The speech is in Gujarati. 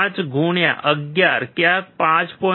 5 ગુણ્યા 11 ક્યાંક 5